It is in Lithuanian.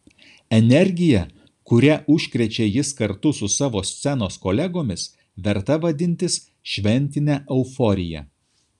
energija kuria užkrečia jis kartu su savo scenos kolegomis verta vadintis šventine euforija